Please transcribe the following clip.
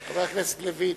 חבר הכנסת לוין,